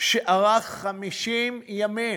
שארך 50 ימים.